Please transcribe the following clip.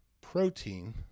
protein